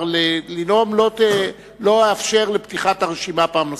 לנאום לא אאפשר את פתיחת הרשימה פעם נוספת.